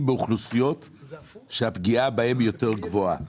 באוכלוסיות שהפגיעה בהן היא יותר גבוהה.